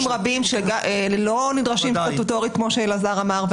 רבים שלא נדרשים סטטוטורית כמו שאלעזר אמר.